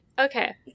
Okay